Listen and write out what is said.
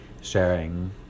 sharing